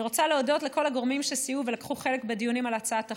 אני רוצה להודות לכל הגורמים שסייעו ולקחו חלק בדיונים על הצעת החוק: